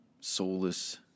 soulless